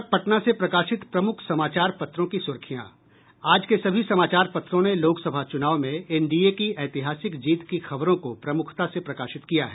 अब पटना से प्रकाशित प्रमुख समाचार पत्रों की सुर्खियां आज के सभी समाचार पत्रों ने लोकसभा चुनाव में एनडीए की ऐतिहासिक जीत की खबरों को प्रमुखता से प्रकाशित किया है